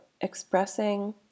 expressing